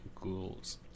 ghouls